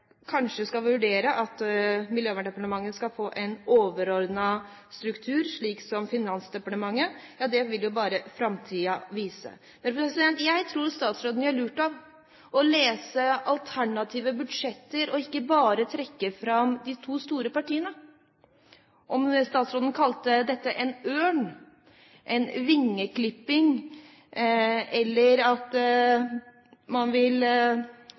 Kanskje skal vi vurdere om Miljøverndepartementet skal få en overordnet struktur, slik Finansdepartementet har – det vil bare framtiden vise. Jeg tror statsråden gjør lurt i å lese alternative budsjetter og ikke bare trekke fram de to store partiene. Selv om statsråden snakket om en ørn, en vingeklipping, eller at man vil